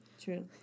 True